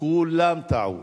כולם טעו.